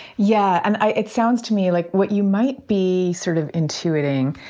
yeah and it sounds to me like what you might be sort of intuiting,